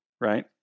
right